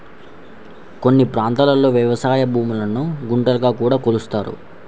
కొన్ని ప్రాంతాల్లో వ్యవసాయ భూములను గుంటలుగా కూడా కొలుస్తారు